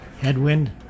headwind